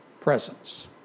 presence